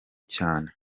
cyane